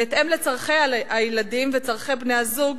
בהתאם לצורכי הילדים וצורכי בן-הזוג